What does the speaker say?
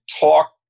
talk